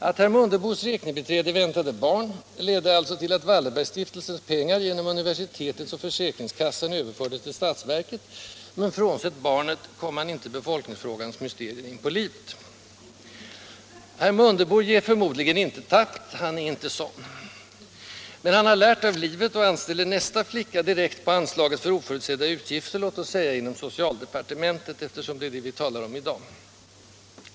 Att herr Mundebos räknebiträde väntade barn ledde alltså till att Wallenbergsstiftelsens pengar genom universitetet och försäkringskassan överfördes till statsverket, men — frånsett barnet - kom man inte befolkningsfrågans mysterier in på livet. Herr Mundebo ger förmodligen inte tappt. Han är inte sådan. Men han har lärt av livet och anställer nästa flicka direkt på anslaget för oförutsedda utgifter, låt oss säga inom socialdepartementet, eftersom det är det vi talar om i dag.